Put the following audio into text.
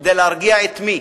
כדי להרגיע את מי?